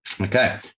Okay